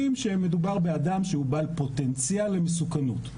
שמדובר באדם שהוא בעל פוטנציאל למסוכנות.